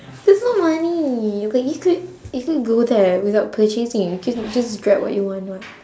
that's not money you can you could you could go there without purchasing you can just grab what you want [what]